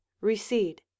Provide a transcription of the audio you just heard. recede